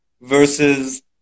versus